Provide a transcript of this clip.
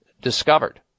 discovered